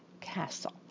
castle